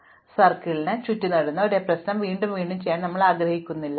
അതിനാൽ സർക്കിളിൽ ചുറ്റിനടന്ന് ഒരേ പ്രശ്നം വീണ്ടും വീണ്ടും ചെയ്യാൻ ഞങ്ങൾ ആഗ്രഹിക്കുന്നില്ല